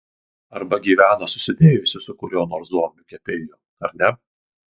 arba gyvena susidėjusi su kuriuo nors zombiu kepėju ar ne